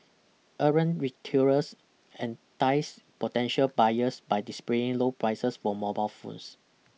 errant retailers entice potential buyers by displaying low prices for mobile phones